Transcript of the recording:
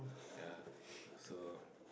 ya so